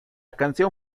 canción